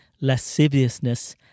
lasciviousness